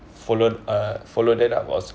follo~ uh follow that up was